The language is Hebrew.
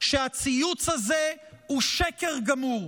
שהציוץ הזה הוא שקר גמור.